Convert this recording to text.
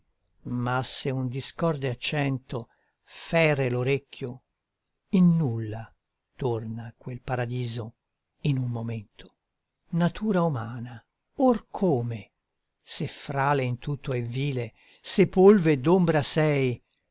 se un discorde accento fere l'orecchio in nulla torna quel paradiso in un momento natura umana or come se frale in tutto e vile se polve ed ombra sei